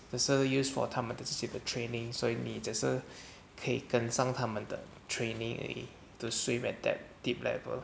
只是 use for 他们自己的 training 所以你只是可以跟上他们的 training 而已 to swim at that deep level